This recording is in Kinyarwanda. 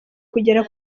kugera